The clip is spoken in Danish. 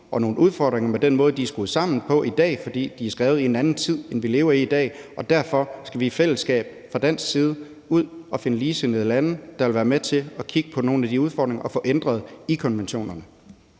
og nogle udfordringer med den måde, de er skruet sammen på i dag, fordi de er skrevet i en anden tid end den, vi lever i i dag. Derfor skal vi i fællesskab fra dansk side ud at finde ligesindede lande, der vil være med til at kigge på nogle af de udfordringer og få ændret i konventionerne.